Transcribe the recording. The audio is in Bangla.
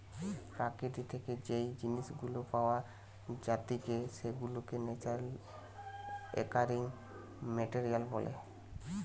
প্রকৃতি থেকে যেই জিনিস গুলা পাওয়া জাতিকে সেগুলাকে ন্যাচারালি অকারিং মেটেরিয়াল বলে